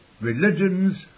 religions